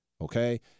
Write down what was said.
Okay